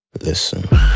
listen